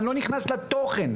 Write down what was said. אני לא נכנס לתוכן.